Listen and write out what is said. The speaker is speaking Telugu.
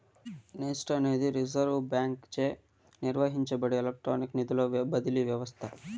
నెస్ట్ అనేది రిజర్వ్ బాంకీచే నిర్వహించబడే ఎలక్ట్రానిక్ నిధుల బదిలీ వ్యవస్త